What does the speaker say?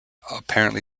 apparently